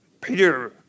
Peter